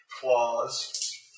claws